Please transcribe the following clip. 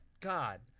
God